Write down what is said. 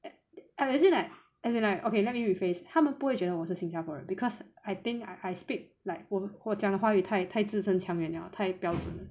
I'm actually like as in like okay let me rephrase 他们不会觉得我是新加坡人 because I think I I speak like 我我讲的华语太子声腔元了太标准了